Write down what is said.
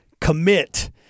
commit